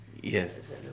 Yes